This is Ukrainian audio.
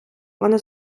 вони